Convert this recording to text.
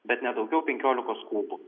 bet ne daugiau penkiolikos kubų